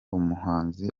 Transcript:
umuhanzi